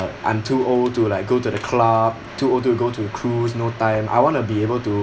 I'm too old to like go to the club to old to go to the cruise no time I want to be able to